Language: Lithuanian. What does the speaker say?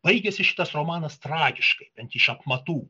baigiasi šitas romanas tragiškai bent iš apmatų